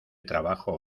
trabajo